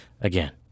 again